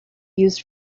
used